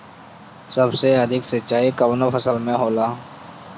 सबसे अधिक सिंचाई कवन फसल में होला?